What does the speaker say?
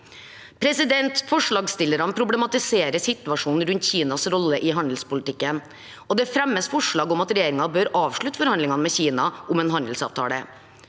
innlegg. Forslagsstillerne problematiserer situasjonen rundt Kinas rolle i handelspolitikken, og det fremmes forslag om at regjeringen bør avslutte forhandlingene med Kina om en handelsavtale.